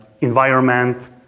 environment